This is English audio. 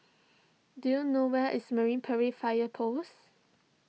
do you know where is Marine Parade Fire Post